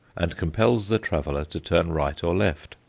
and compels the traveller to turn right or left.